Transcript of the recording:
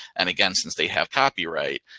and again, since they have copyright,